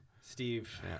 Steve